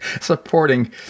supporting